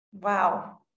Wow